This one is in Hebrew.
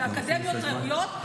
באקדמיות ראויות,